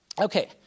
Okay